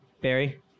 Barry